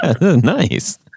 Nice